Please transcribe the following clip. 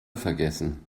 vergessen